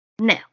no